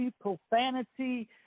profanity